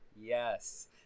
Yes